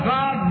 God